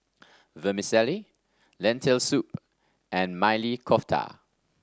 Vermicelli Lentil Soup and Maili Kofta